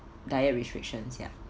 diet restrictions yup